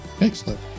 Excellent